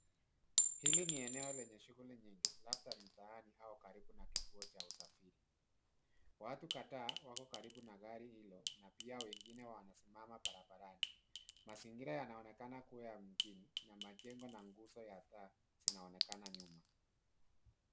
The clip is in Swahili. Hili ni eneo lenye shughuli nyingi, labda mtaani au karibu na kituo cha usafiri. Watu kadhaa wako karibu na gari hilo na pia wengine wanasimama barabarani. Mazingira yanaonekana kuwa ya mjini na majengo na nguzo ya taa zinaonekana nyuma.